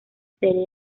serie